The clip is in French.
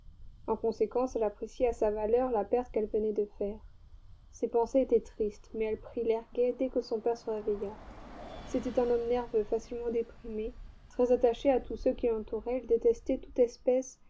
en conséquence elle appréciait à sa valeur la perte qu'elle venait de faire ses pensées étaient tristes mais elle prit l'air gai dès que son père se réveilla c'était un homme nerveux facilement déprimé très attaché à tous ceux qui l'entouraient il détestait toute espèce